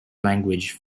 language